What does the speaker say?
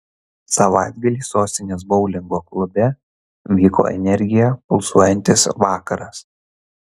savaitgalį sostinės boulingo klube vyko energija pulsuojantis vakaras